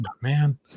man